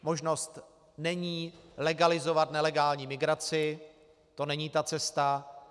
Možnost není legalizovat nelegální migraci, to není ta cesta.